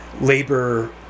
labor